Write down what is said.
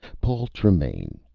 paul tremaine,